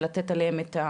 לתת עליהם את הדעת,